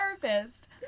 therapist